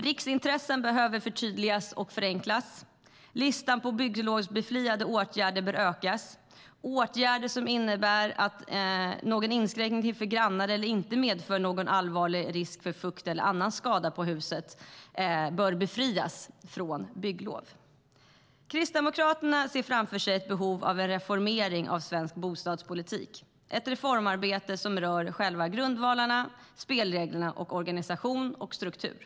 Riksintressen behöver förtydligas och förenklas. Listan på bygglovsbefriade åtgärder bör ökas. Åtgärder som inte innebär någon inskränkning för grannar eller inte medför någon allvarlig risk för fukt eller annan skada på huset bör befrias från bygglov. Kristdemokraterna ser framför sig ett behov av en reformering av svensk bostadspolitik. Det är ett reformarbete som rör själva grundvalarna, spelreglerna, organisationen och strukturen.